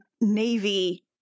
navy